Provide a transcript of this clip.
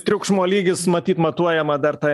triukšmo lygis matyt matuojama dar ta